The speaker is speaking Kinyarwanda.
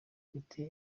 ufite